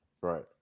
Right